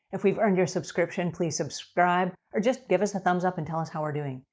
if we've earned your subscription, please subscribe, or just give us a thumbs up and tell us how we're doing.